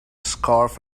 scarf